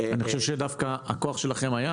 --- אני חושב שדווקא הכוח שלכם היה